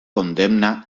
condemna